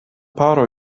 paro